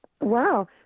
Wow